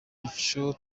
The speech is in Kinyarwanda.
ico